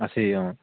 আছে অঁ